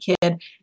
kid